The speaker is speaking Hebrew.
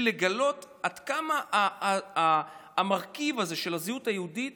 לגלות עד כמה המרכיב הזה של הזהות היהודית